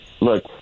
Look